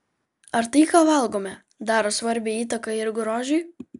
ar tai ką valgome daro svarbią įtaką ir grožiui